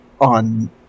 on